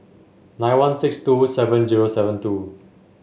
nine one six two seven zero seven two